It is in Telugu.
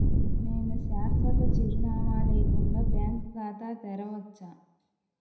నేను శాశ్వత చిరునామా లేకుండా బ్యాంక్ ఖాతా తెరవచ్చా?